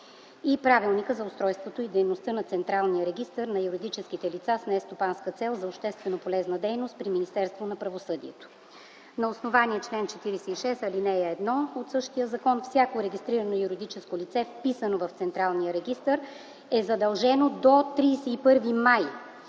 и Правилника за устройството и дейността на Централния регистър на юридическите лица с нестопанска цел за обществено-полезна дейност при Министерството на правосъдието. На основание чл. 46, ал. 1 от същия закон всяко регистрирано юридическо лице, вписано в Централния регистър, е задължено до 31 май